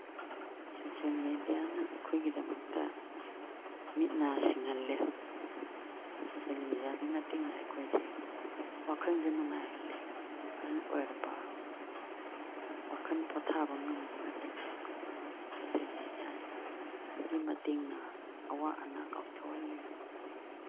social ꯃꯦꯗꯤꯌꯥꯅ ꯑꯩꯈꯣꯏꯒꯤꯗꯃꯛꯇ ꯃꯤꯠ ꯅꯥ ꯁꯤꯡꯍꯜꯂꯦ ꯁꯣꯁꯦꯜ ꯃꯦꯗꯤꯌꯥꯒꯤ ꯃꯇꯦꯡꯅ ꯑꯩꯈꯣꯏꯁꯦ ꯋꯥꯈꯟꯁꯦ ꯅꯨꯡꯉꯥꯏꯍꯜꯂꯦ ꯑꯍꯜ ꯑꯣꯏꯔꯕ ꯋꯥꯈꯟ ꯄꯣꯊꯥꯕ ꯉꯝꯗꯕ ꯂꯩꯕ ꯈꯨꯗꯤꯡꯃꯛ ꯁꯣꯁꯦꯜ ꯃꯦꯗꯤꯌꯥꯒꯤ ꯃꯇꯦꯡꯅ ꯑꯋꯥ ꯑꯅꯥ ꯀꯥꯎꯊꯣꯛꯍꯜꯂꯦ